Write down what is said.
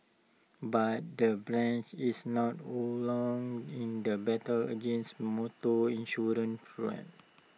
but the branch is not alone in the battle against motor insurance fraud